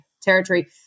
Territory